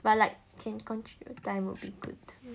but like can control time would be good